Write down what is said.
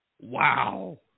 wow